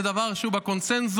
זה דבר שהוא בקונסנזוס.